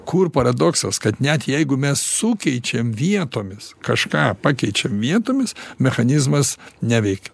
kur paradoksas kad net jeigu mes sukeičiam vietomis kažką pakeičiam vietomis mechanizmas neveikia